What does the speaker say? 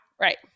right